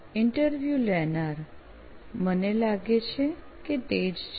interview લેનાર મને લાગે છે કે તે જ છે